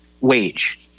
wage